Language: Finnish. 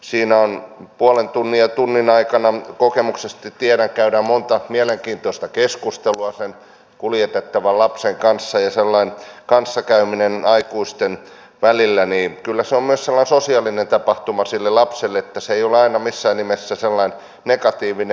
siinä puolen tunnin ja tunnin aikana kokemuksesta tiedän käydään monta mielenkiintoista keskustelua sen kuljetettavan lapsen kanssa ja sellainen kanssakäyminen aikuisen kanssa on myös sellainen sosiaalinen tapahtuma sille lapselle se ei ole missään nimessä aina sellainen negatiivinen